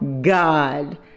God